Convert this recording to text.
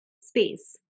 space